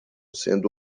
sendo